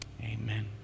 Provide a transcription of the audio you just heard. Amen